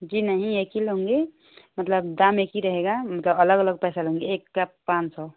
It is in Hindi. जी नहीं एक ही लूँगी मतलब दाम एक ही रहेगा मतलब अलग अलग पैसा लूँगी एक का पाँच सौ